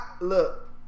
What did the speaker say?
look